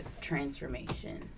transformation